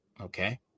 Okay